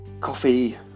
coffee